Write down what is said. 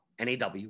NAW